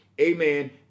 Amen